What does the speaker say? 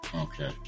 Okay